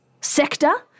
sector